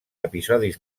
episodis